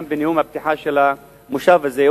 גם בנאום הפתיחה של המושב הזה,